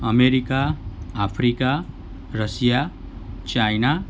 America Africa Russia China